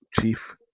Chief